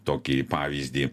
tokį pavyzdį